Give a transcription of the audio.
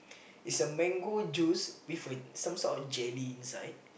it's a mango juice with some sort of jelly inside